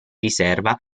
riserva